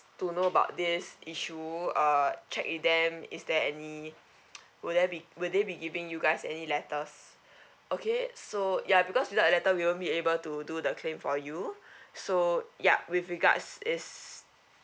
to know about this issue uh check with them is there any will there be will they be giving you guys any letters okay so ya because without letter we won't be able to do the claim for you so yup with regards is